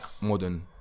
modern